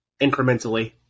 incrementally